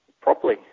properly